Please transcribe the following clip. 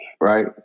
right